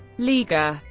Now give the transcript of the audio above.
liga.